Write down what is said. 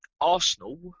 Arsenal